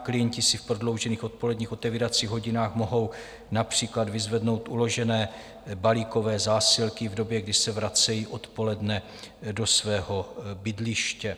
Klienti si v prodloužených odpoledních otevíracích hodinách mohou například vyzvednout uložené balíkové zásilky v době, kdy se vracejí odpoledne do svého bydliště.